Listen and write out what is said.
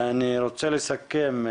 אני רוצה לסכם.